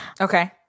Okay